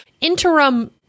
interim